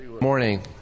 Morning